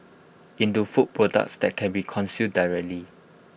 into food products that can be consumed directly